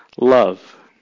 love